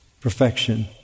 perfection